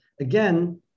again